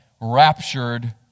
raptured